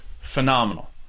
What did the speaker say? phenomenal